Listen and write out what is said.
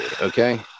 okay